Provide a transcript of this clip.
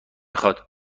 خواد